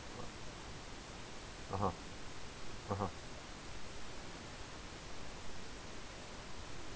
(uh huh) (uh huh)